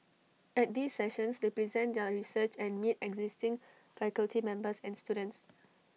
at these sessions they present their research and meet existing faculty members and students